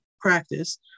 practice